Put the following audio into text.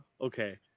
Okay